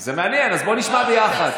זה מעניין, אז בוא נשמע ביחד.